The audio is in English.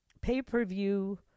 pay-per-view